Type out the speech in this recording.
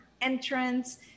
entrance